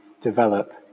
develop